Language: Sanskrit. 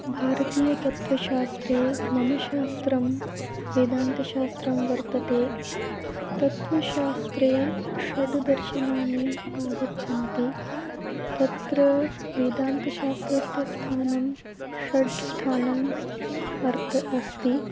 भारतीयतत्त्वशास्त्रे मम शास्त्रं वेदान्तशास्त्रं वर्तते तत्त्वशास्त्रे षड् दर्शनानि आगच्छन्ति तत्र वेदान्तशास्त्रस्य स्थानं षड् स्थानं वर्तते अस्ति